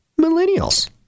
Millennials